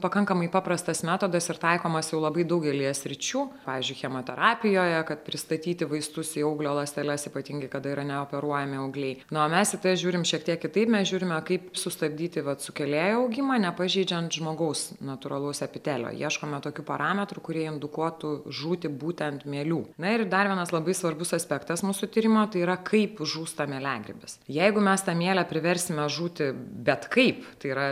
pakankamai paprastas metodas ir taikomas jau labai daugelyje sričių pavyzdžiui chemoterapijoje kad pristatyti vaistus į auglio ląsteles ypatingai kada yra ne operuojami augliai na o mes į tai žiūrime šiek tiek kitaip mes žiūrime kaip sustabdyti vat sukėlėjų augimą nepažeidžiant žmogaus natūralaus epitelio ieškome tokių parametrų kurie indukuotų žūtį būtent mielių na ir dar vienas labai svarbus aspektas mūsų tyrimo tai yra kaip žūsta mieliagrybis jeigu mes tą mielę priversime žūti bet kaip tai yra